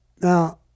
Now